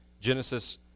Genesis